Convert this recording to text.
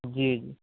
جی جی